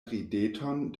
rideton